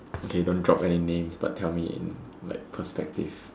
okay don't drop any names but tell me in like perspectives